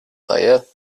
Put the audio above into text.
reihe